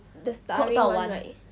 the starring [one] right